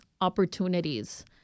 opportunities